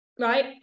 Right